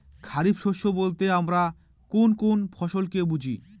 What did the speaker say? খরিফ শস্য বলতে আমরা কোন কোন ফসল কে বুঝি?